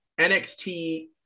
NXT